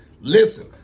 Listen